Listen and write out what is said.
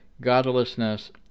godlessness